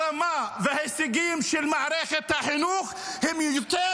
הרמה וההישגים של מערכת החינוך הם יותר